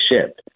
ship